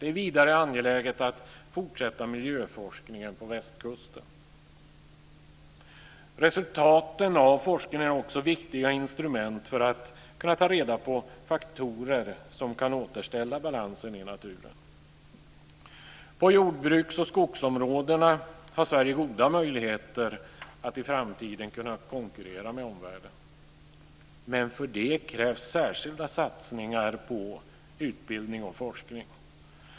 Det är vidare angeläget att fortsätta miljöforskningen på västkusten. Resultaten av forskningen är viktiga instrument för att kunna ta reda på faktorer som kan återställa balansen i naturen. På jordbruks och skogsområdena har Sverige goda möjligheter att i framtiden kunna konkurrera med omvärlden. Men för det krävs särskilda satsningar på utbildning och forskning.